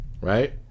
right